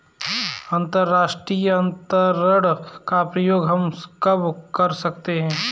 अंतर्राष्ट्रीय अंतरण का प्रयोग हम कब कर सकते हैं?